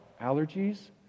allergies